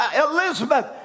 Elizabeth